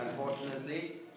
unfortunately